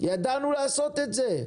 ידענו לעשות את זה.